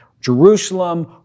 Jerusalem